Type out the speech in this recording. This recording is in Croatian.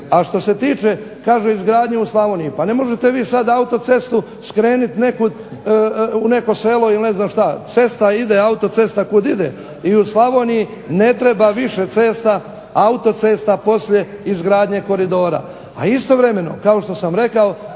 A što se tiče kaže izgradnje u Slavoniji, pa ne možete vi sad autocestu skrenuti nekud u neko selo ili ne znam šta. Cesta ide, autocesta kud ide. I u Slavoniji ne treba više cesta, autocesta, poslije izgradnje koridora. A istovremeno kao što sam rekao